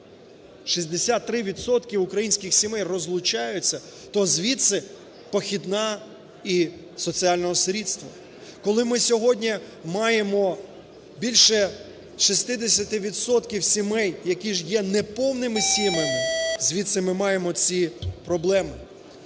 українських сімей розлучаються, то звідси похідна і соціального сирітства. Коли ми сьогодні маємо більше 60 відсотків сімей, які є неповними сім'ями, звідси ми маємо ці проблеми.